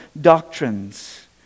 doctrines